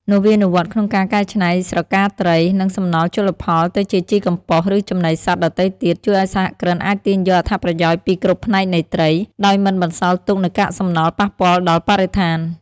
នវានុវត្តន៍ក្នុងការកែច្នៃស្រកាត្រី និងសំណល់ជលផលទៅជាជីកំប៉ុស្ត ឬចំណីសត្វដទៃទៀត ជួយឱ្យសហគ្រិនអាចទាញយកអត្ថប្រយោជន៍ពីគ្រប់ផ្នែកនៃត្រី ដោយមិនបន្សល់ទុកនូវកាកសំណល់ប៉ះពាល់ដល់បរិស្ថាន។